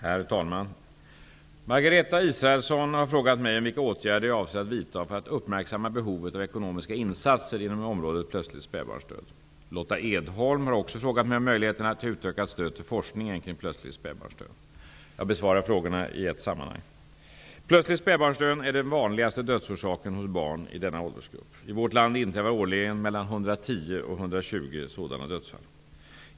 Herr talman! Margareta Israelsson har frågat mig vilka åtgärder jag avser att vidta för att uppmärksmma behovet av ekonomiska insatser inom området plötslig spädbarnsdöd. Lotta Edholm har också frågat mig om möjligheterna till utökat stöd till forskningen kring plötslig spädbarnsdöd. Jag besvarar frågorna i ett sammanhang. Plötslig spädbarnsdöd är den vanligaste dödsorsaken hos barn i denna åldersgrupp. I vårt land inträffar årligen mellan 110 och 120 sådana dödsfall.